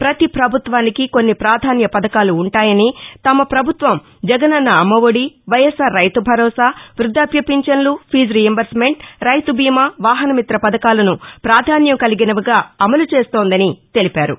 పతి పభుత్వానికి కొన్ని పాధాన్య పథకాలు ఉంటాయని తమ పభుత్వం జగనన్న అమ్మ ఒడి వైఎస్సార్ రైతు భరోసా వృద్దావ్య పింఛన్లు ఫీజు రీయింబర్స్మెంట్ రైతు బీమా వాహనమిత్ర పథకాలను ప్రాధాన్యం కలిగినవిగా అమలు చేస్తోందని తెలిపారు